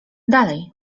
dalej